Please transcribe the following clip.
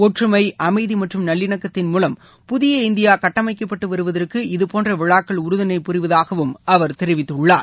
ஒற்றுமை அமைதி மற்றும் நல்லிணக்கத்தின் மூலம் புதிய இந்தியா கட்டமைக்கப்பட்டு வருவதற்கு இதுபோன்ற விழாக்கள் உறுதுணை புரிவதாகவும் அவர் தெரிவித்துள்ளார்